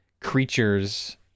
creatures